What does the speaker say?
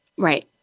Right